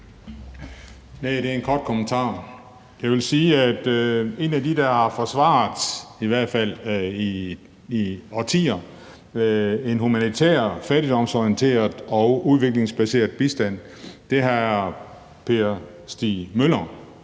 det er en kort bemærkning. Jeg vil sige, at en af dem, der har forsvaret, i hvert fald i årtier, en humanitær, fattigdomsorienteret og udviklingsbaseret bistand, er hr. Per Stig Møller,